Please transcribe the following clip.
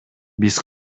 биз